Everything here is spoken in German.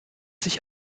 sich